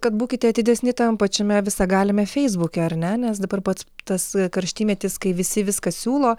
kad būkite atidesni tam pačiame visagaliame feisbuke ar ne nes dabar pats tas karštymetis kai visi viską siūlo